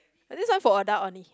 this one for adult only